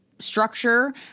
structure